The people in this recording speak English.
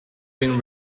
been